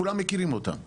כולם מכירים אותם באשדוד,